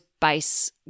base